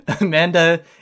Amanda